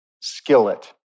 skillet